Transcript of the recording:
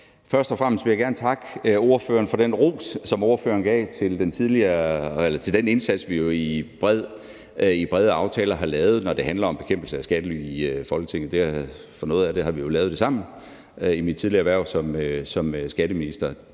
Først og fremmest vil jeg gerne takke ordføreren for den ros, som ordføreren gav til den indsats, vi jo i brede aftaler har lavet i Folketinget, når det handler om bekæmpelse af skattely. For noget af det har vi jo lavet sammen i mit tidligere hverv som skatteminister.